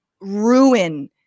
ruin